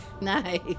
Nice